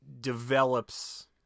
develops